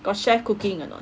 got share cooking or not